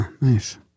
Nice